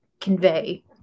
convey